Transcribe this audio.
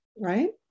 Right